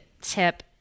tip